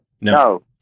no